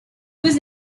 was